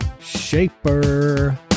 shaper